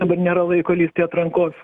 dabar nėra laiko lįst į atrankos